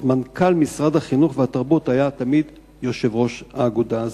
מנכ"ל משרד החינוך והתרבות היה תמיד יושב-ראש האגודה הזאת.